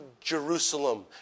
Jerusalem